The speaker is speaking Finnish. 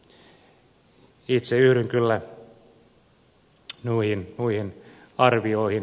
itse yhdyn kyllä noihin arvioihin